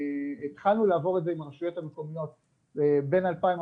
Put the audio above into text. התחלנו לעבור את זה עם הרשויות המקומיות בין 2014,